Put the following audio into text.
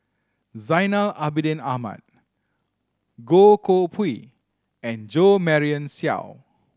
Zainal Abidin Ahmad Goh Koh Pui and Jo Marion Seow